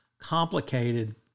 complicated